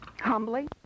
Humbly